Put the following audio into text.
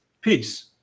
peace